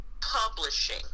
Publishing